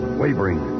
wavering